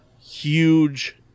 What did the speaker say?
huge